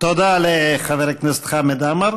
תודה לחבר הכנסת חמד עמאר.